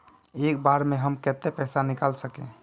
एक बार में हम केते पैसा निकल सके?